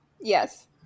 yes